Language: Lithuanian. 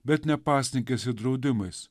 bet ne pasninkais ir draudimais